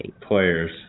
players